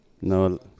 No